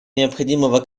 необходимого